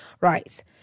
Right